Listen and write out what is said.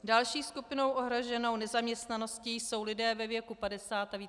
Další skupinou ohroženou nezaměstnaností jsou lidé ve věku 50 a více let.